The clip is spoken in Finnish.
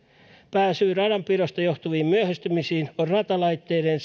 pääsyy radanpidosta johtuviin myöhästymisiin on ratalaitteiden